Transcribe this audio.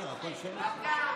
אתה,